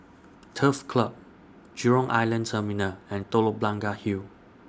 Turf Club Jurong Island Terminal and Telok Blangah Hill